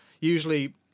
usually